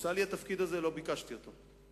כשהוצע לי התפקיד הזה, לא ביקשתי אותו,